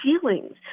feelings